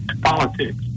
politics